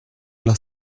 alla